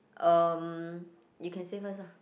um you can say first lah